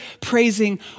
praising